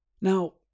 Now